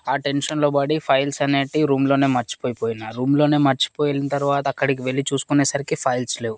ఆ టెన్షన్లో పడీ ఫైల్స్ అనేటివి రూమ్ లోనే మర్చిపోయి పోయిన రూమ్ లోనే మర్చిపోయి వెళ్ళిన తర్వాత అక్కడికి వెళ్ళి చూసుకునేసరికి ఫైల్స్ లేవు